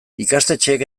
ikastetxeek